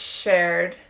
shared